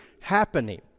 happening